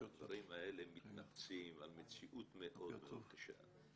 הדברים האלה מתנפצים על מציאות מאוד מאוד קשה.